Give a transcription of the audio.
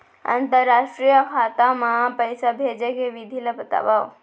अंतरराष्ट्रीय खाता मा पइसा भेजे के विधि ला बतावव?